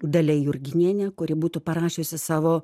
dalia jurginienė kuri būtų parašiusi savo